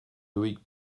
loïc